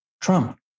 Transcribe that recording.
Trump